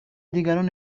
دیگران